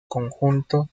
conjunto